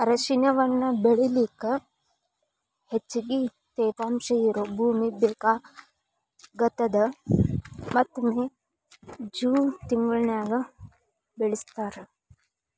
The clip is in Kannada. ಅರಿಶಿಣವನ್ನ ಬೆಳಿಲಿಕ ಹೆಚ್ಚಗಿ ತೇವಾಂಶ ಇರೋ ಭೂಮಿ ಬೇಕಾಗತದ ಮತ್ತ ಮೇ, ಜೂನ್ ತಿಂಗಳನ್ಯಾಗ ಬೆಳಿಸ್ತಾರ